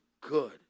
good